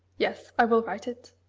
yes! i will write it.